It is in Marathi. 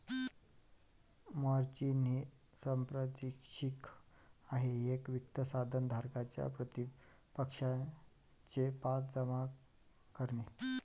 मार्जिन हे सांपार्श्विक आहे एक वित्त साधन धारकाच्या प्रतिपक्षाचे पास जमा करणे